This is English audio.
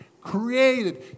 Created